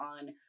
on